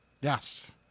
Yes